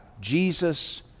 jesus